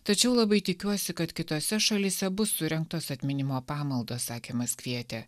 tačiau labai tikiuosi kad kitose šalyse bus surengtos atminimo pamaldos sakė maskvietė